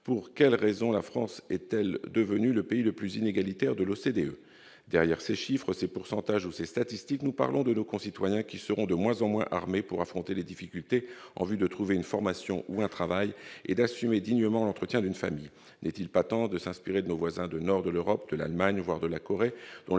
politiques publiques éducatives, rapport au titre troublant : Dernière ces chiffres, ces pourcentages ou ces statistiques, nous parlons de nos concitoyens, qui seront de moins en moins armés pour affronter les difficultés en vue de trouver une formation ou un travail et d'assumer dignement l'entretien d'une famille. N'est-il pas temps de nous inspirer de nos voisins du nord de l'Europe, de l'Allemagne, voire de la Corée,